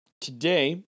today